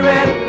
Red